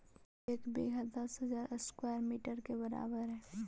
एक बीघा दस हजार स्क्वायर मीटर के बराबर हई